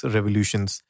Revolutions